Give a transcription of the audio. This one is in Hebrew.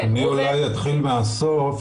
אני אולי אתחיל מהסוף,